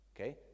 Okay